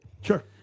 Sure